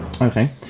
Okay